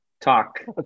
talk